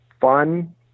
fun